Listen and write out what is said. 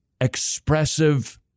expressive